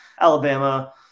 Alabama